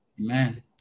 Amen